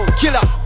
killer